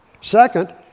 Second